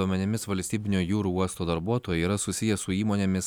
duomenimis valstybinio jūrų uosto darbuotojai yra susiję su įmonėmis